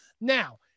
now